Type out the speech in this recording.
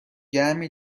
گرمی